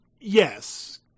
yes